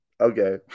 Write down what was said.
Okay